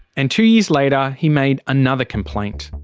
and two years later he made another complaint.